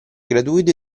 gratuito